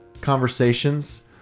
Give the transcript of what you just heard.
conversations